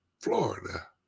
Florida